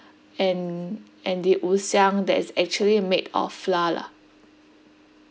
and and the 五香 that is actually made of flour lah